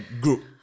group